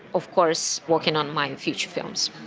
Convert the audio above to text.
of course, working on my future films.